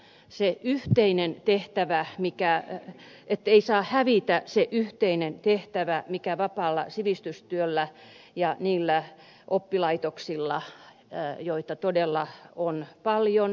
se yhteinen tehtävä lain myötä ei saa hävitä se yhteinen sivistystehtävä mikä on vapaalla sivistystyöllä ja niillä oppilaitoksilla joita todella on paljon erilaisia